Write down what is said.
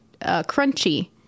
crunchy